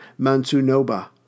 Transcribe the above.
Mansunoba